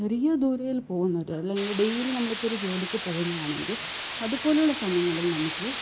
ചെറിയ ദൂരമേ ഉള്ളൂ പോവുന്നത് അല്ലെങ്കില് ഡെയ്ലി നമ്മളിപ്പോള് ഒരു ജോലിക്ക് പോകുന്നതാണെങ്കിൽ അതുപോലുള്ള സമയങ്ങളില് നമുക്ക് ഈ